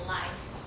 life